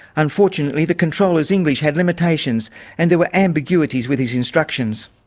unfortunately, the controller's english had limitations and there were ambiguities with his instructions.